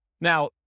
Now